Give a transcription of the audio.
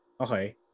Okay